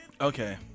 Okay